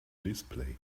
display